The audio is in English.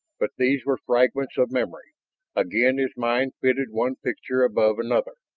but these were fragments of memory again his mind fitted one picture above another.